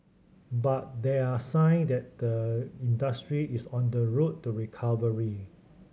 but there are sign that the industry is on the road to recovery